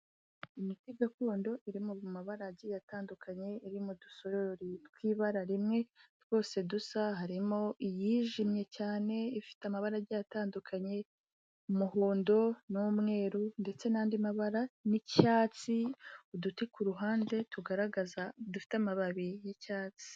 Imiti gakondo iri mu mabara agiye atandukanye, iri mu dusorori tw'ibara rimwe twose dusa, harimo iy'ijimye cyane, ifite amabara agiye atandukanye, umuhondo n'umweru ndetse n'andi mabara n'icyatsi, uduti ku ruhande tugaragaza dufite amababi y'icyatsi.